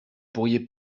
pourriez